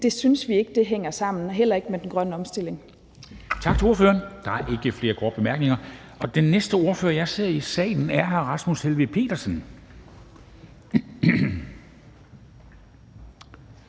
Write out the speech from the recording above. Det synes vi ikke hænger sammen og heller ikke med den grønne omstilling.